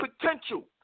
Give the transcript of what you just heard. potential